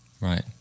Right